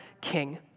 king